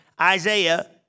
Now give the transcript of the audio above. Isaiah